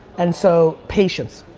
and so patience.